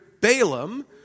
Balaam